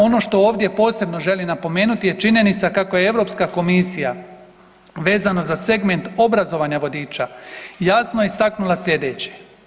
Ono što ovdje posebno želim napomenuti je činjenica kako je Europska komisija vezano za segment obrazovanja vodiča jasno istaknula slijedeće.